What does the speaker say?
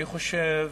אני חושב,